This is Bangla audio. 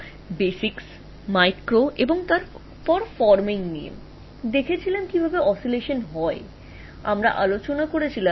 অর্থাৎ আমরা বেসিক মাইক্রোতে গিয়েছিলাম যেখানে একটা গঠন আছে এবং দোলনটা কীভাবে হয়েছিল আমরা সে সম্পর্কে কথা বলেছিলাম